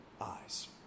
eyes